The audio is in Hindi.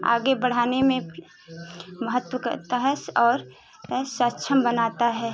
आगे बढ़ाने में महत्व करता है और सक्षम बनाता है